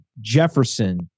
Jefferson